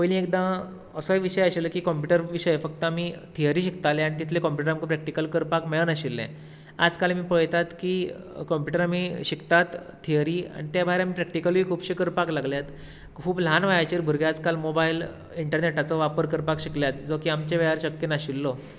पयली एकदां असोय विशय आशिल्लो की कंम्पूटर विशय फक्त आमी थियरी शिकताले आनी तितले आमकां कंम्पूटर प्रॅक्टीकल आमकां करपाक मेळनाशिल्ले आजकाल आमी पळयतात की कंम्पूटर आमी शिकतात थियरी आनी प्रॅक्टीकलूय खुबशे करपाक लागल्यात खूब ल्हान वयाचेर भुरगे आजकाल मोबायल इंटरनेटाचो वापर करपाक शिकल्यात आमच्या वेळार शक्य नाशिल्लो